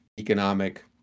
economic